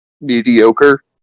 mediocre